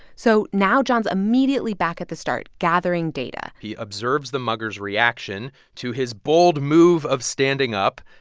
so now john's immediately back at the start, gathering data he observes the mugger's reaction to his bold move of standing up.